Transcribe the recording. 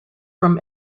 from